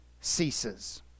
ceases